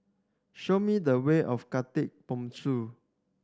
show me the way of Khatib Bongsu